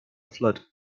flood